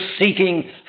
seeking